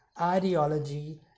ideology